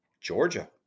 Georgia